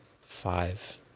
five